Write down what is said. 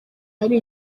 hari